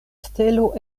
stelo